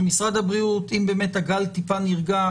אם באמת הגל טיפה נרגע,